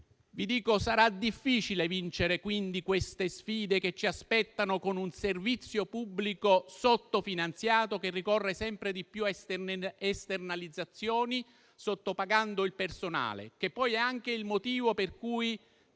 sarà difficile vincere queste sfide che ci aspettano, con un servizio pubblico sottofinanziato, che ricorre sempre di più a esternalizzazioni, sottopagando il personale, che poi è anche il motivo per cui